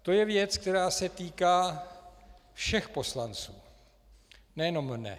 To je věc, která se týká všech poslanců, nejenom mne.